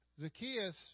Zacchaeus